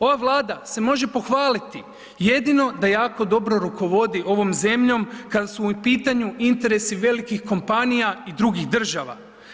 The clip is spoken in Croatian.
Ova Vlada se može pohvaliti jedino da jako dobro rukovodi ovom zemljom kada su u pitanju interesi velikih kompanija i drugih država.